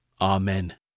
Amen